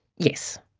yes.